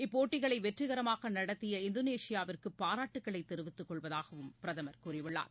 இப்போட்டிகளைவெற்றிகரமாகநடத்திய இந்தோனேஷியாவிற்குபாராட்டுக்களைதெரிவித்துக்கொள்வதாகவும் பிரதமர் கூறியுள்ளார்